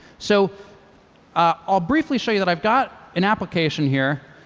so i'll briefly show you that i've got an application here,